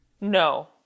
No